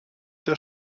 der